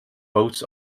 votes